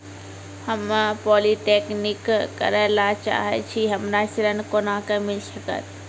हम्मे पॉलीटेक्निक करे ला चाहे छी हमरा ऋण कोना के मिल सकत?